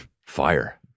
Fire